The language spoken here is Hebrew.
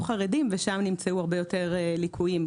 חרדיים ושם נמצאו הרבה יותר ליקויים,